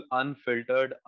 unfiltered